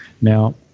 Now